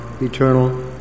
eternal